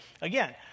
again